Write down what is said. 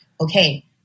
okay